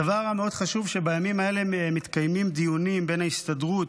הדבר המאוד-חשוב הוא שבימים אלה מתקיימים דיונים בין הסתדרות